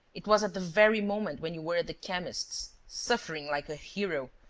it was at the very moment when you were at the chemist's, suffering like a hero,